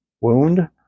wound